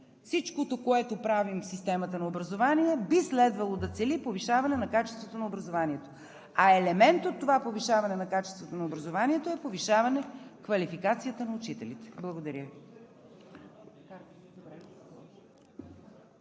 всичкото, което правим в системата на образованието, би следвало да цели повишаване на качеството на образованието. А елемент от това повишаване на качеството на образованието е повишаване квалификацията на учителите. Благодаря ви.